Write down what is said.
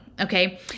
Okay